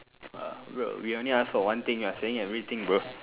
uh bro we only ask for one thing you are saying everything bro